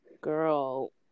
Girl